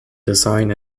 design